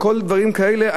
וכל הדברים האלה,